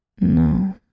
No